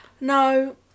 No